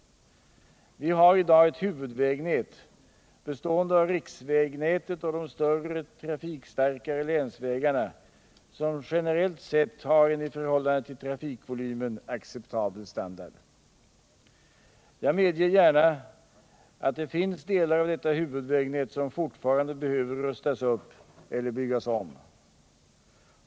Vi har i dag ett huvudvägnät, bestående av riksvägnätet och de större trafikstarkare länsvägarna, som generellt sett har en i förhållande till trafikvolymen acceptabel standard. Jag medger gärna att det förvisso finns delar av detta huvudvägnät som fortfarande behöver rustas upp eller byggas om.